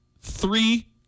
three